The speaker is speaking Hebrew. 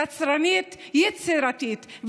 יצרנית ויצירתית,